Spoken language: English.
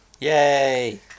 Yay